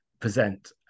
present